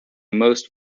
most